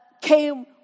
came